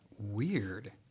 Weird